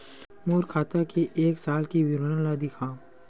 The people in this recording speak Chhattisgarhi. मोर खाता के एक साल के विवरण ल दिखाव?